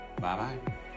Bye-bye